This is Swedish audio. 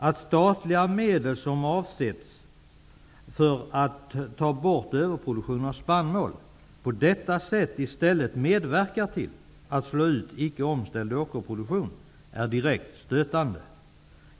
Att statliga medel som avsetts för att ta bort överproduktionen av spannmål på detta sätt i stället medverkar till att slå ut icke omställd åkerproduktion är direkt stötande.